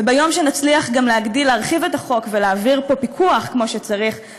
וביום שנצליח גם להרחיב את החוק ולהעביר פה פיקוח כמו שצריך,